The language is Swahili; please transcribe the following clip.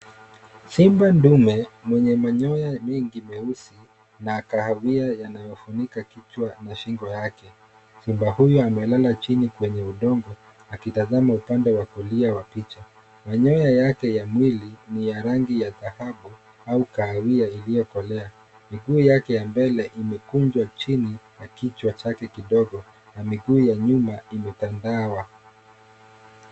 Simba ndume mwenye manyoya nyingi meusi na kahawia yanayofunika kichwa na shingo yake. Simba huyo amelala chini kwenye udongo, akitazama upande wa kulia wa picha. Manyoya yake ya mwili ni ya rangi ya dhahabu au kahawia iliyokolea. Miguu yake ya mbele imekunjwa chini ya kichwa chake kidogo na miguu ya nyuma imetandawa.